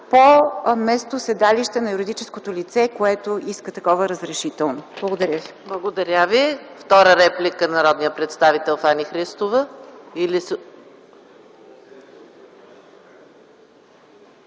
по местоседалище на юридическото лице, което иска такова разрешително. Благодаря ви.